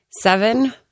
seven